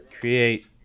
create